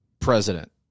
president